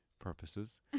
purposes